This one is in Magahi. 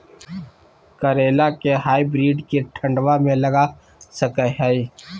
करेला के हाइब्रिड के ठंडवा मे लगा सकय हैय?